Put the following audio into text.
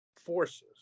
forces